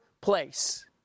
place